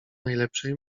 najlepszej